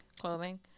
clothing